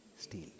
steal